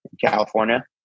California